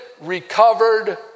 recovered